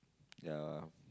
ya